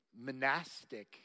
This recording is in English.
monastic